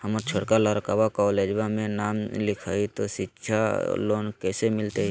हमर छोटका लड़कवा कोलेजवा मे नाम लिखाई, तो सिच्छा लोन कैसे मिलते?